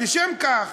לשם כך,